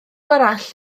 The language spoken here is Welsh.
arall